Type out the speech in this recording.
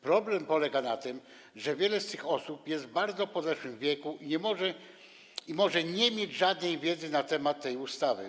Problem polega na tym, że wiele z tych osób jest w bardzo podeszłym wieku i może nie mieć żadnej wiedzy na temat tej ustawy.